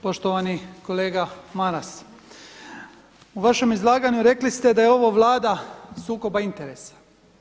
Poštovani kolega Maras, u vašem izlaganju rekli ste da je ovo Vlada sukoba interesa.